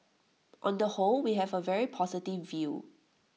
on the whole we have A very positive view